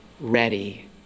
ready